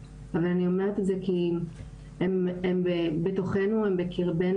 אבל אני אומרת את זה כי הם בתוכנו ובקרבנו.